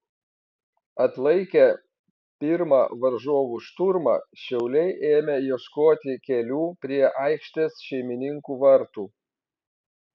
atlaikę pirmą varžovų šturmą šiauliai ėmė ieškoti kelių prie aikštės šeimininkų vartų